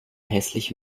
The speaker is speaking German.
hässlich